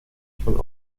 von